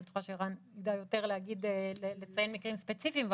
אני בטוחה שערן ידע יותר לציין מקרים ספציפיים,